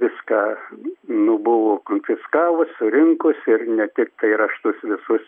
viską nu buvo konfiskavus surinkus ir ne tiktai raštus visus